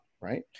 right